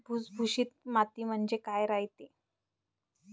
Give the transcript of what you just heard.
भुसभुशीत माती म्हणजे काय रायते?